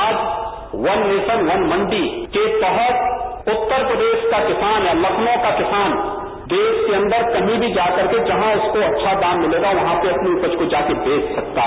आज one nation one mandi के तहत रत्तर प्रदेश का किसान या लखनऊ का किसान देश के अन्दर कही भी जाकर के जहां उसको अच्छा दाम मिलेगा वहां पर अपनी रपज को जाकर बेच सकता है